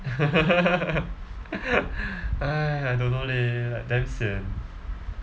!hais! I don't know leh like damn sian